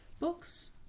books